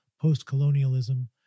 post-colonialism